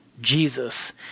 Jesus